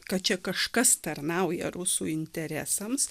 kad čia kažkas tarnauja rusų interesams